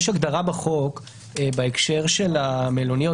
יש הגדרה בחוק בהקשר של המלוניות,